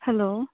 hello